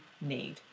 need